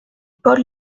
paul